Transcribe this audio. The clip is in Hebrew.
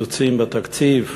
הקיצוצים בתקציב.